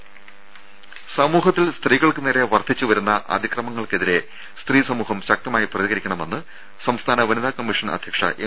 ദേദ സമൂഹത്തിൽ സ്ത്രീകൾക്കു നേരെ വർദ്ധിച്ചു വരുന്ന അതിക്രമങ്ങൾക്കെതിരെ സ്ത്രീസമൂഹം ശക്തമായി പ്രതികരിക്കണമെന്ന് സംസ്ഥാന വനിതാ കമ്മീഷൻ അധ്യക്ഷ എം